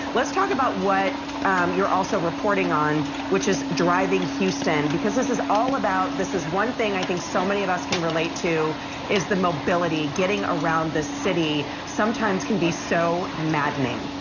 let's talk about what you are also reporting on which is driving houston because this is all about this is one thing i think so many of us can relate to is the mobility, getting around this city sometimes can be so maddening.